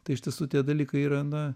tai iš tiesų tie dalykai yra na